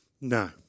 No